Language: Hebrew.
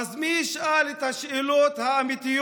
אז מי ישאל את השאלות האמיתיות?